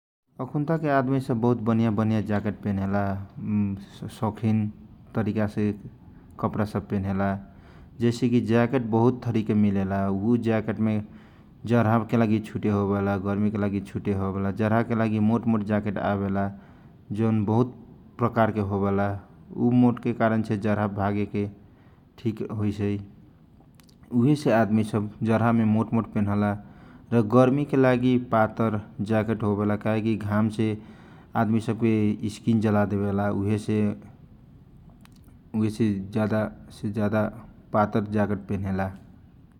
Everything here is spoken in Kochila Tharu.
अखुकता के आदमी बहुत बनिया बनिया ज्याकेट पेनेला सौखिन तरिकाछे कपडा सब पेनेला जैसे की ज्याकेट बहुत थरी के मिलेला उज्याकेट मे जरहा के लागी छुटे हो भेला गर्मी के लागी छुटे होवेला जरहा के लागी मोट मोट जाकेट आवेला जौन बहुत प्रकारके होवेला उमोट होयला के कारण छे जार नलागेला उहे के कारण घे मोट ज्याकेट पेने जाला आ गर्मी के लागी आदमी सब पातल ज्याकेट होवेला काहे से गर्मी के कारण से इसकिन जाला देवेला उहे से ज्यादा से ज्यादा पातल ज्याकेट पेनेजाला ।